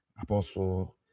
Apostle